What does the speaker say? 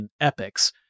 epics